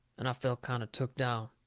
and i felt kind of took down.